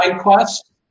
quest